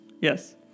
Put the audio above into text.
Yes